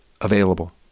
available